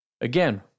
again